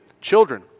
children